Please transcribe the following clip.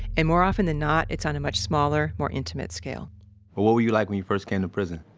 and more often than not, it's on a much smaller, more intimate scale what were you like when you first came to prison?